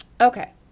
okay